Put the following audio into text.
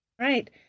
Right